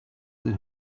the